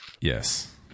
Yes